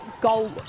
goal